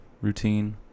Routine